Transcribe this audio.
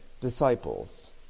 disciples